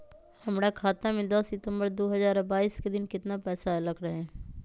हमरा खाता में दस सितंबर दो हजार बाईस के दिन केतना पैसा अयलक रहे?